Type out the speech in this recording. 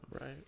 Right